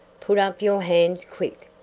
put up your hands quick!